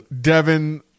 Devin